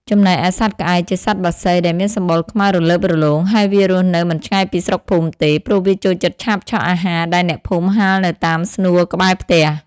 ចំណែកឯសត្វក្អែក ជាសត្វបក្សីដែលមានសម្បុរខ្មៅរលើបរលោង ហើយវារស់នៅមិនឆ្ងាយពីស្រុកភូមិទេ ព្រោះវាចូលចិត្តឆាបឆក់អាហារដែលអ្នកភូមិហាលនៅតាមស្នួរក្បែរផ្ទះ។